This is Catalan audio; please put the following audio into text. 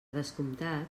descomptat